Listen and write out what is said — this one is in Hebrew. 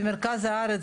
במרכז הארץ,